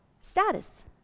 status